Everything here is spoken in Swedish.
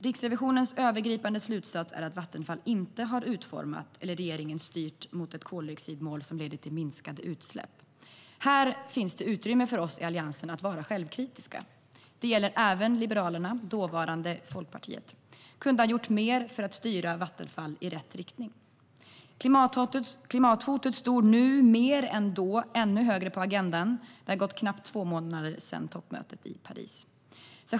Riksrevisionens övergripande slutsats är att Vattenfall inte har utformat och regeringen inte har styrt mot ett koldioxidmål som leder till minskade utsläpp. Här finns utrymme för oss i Alliansen att vara självkritiska. Det gäller även Liberalerna, dåvarande Folkpartiet. Vi kunde ha gjort mer för att styra Vattenfall i rätt riktning. Klimathotet står nu ännu högre på agendan än då, och det har gått knappt två månader sedan toppmötet i Paris.